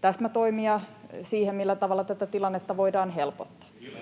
täsmätoimia, millä tavalla tätä tilannetta voidaan helpottaa.